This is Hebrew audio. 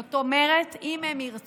זאת אומרת, אם הם ירצו,